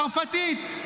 צרפתית.